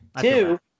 Two